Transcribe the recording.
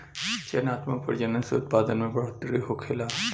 चयनात्मक प्रजनन से उत्पादन में बढ़ोतरी होखेला